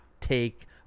take